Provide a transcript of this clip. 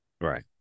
Right